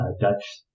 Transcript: Dutch